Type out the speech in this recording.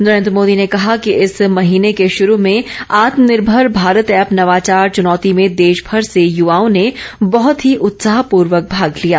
नरेंद्र मोदी ने कहा कि इस महीने के शरू में आत्मनिर्भर भारत ऐप नवाचार चनौती में देशभर से युवाओं ने बहत ही उत्साहपूर्वक भाग लिया